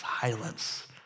silence